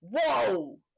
whoa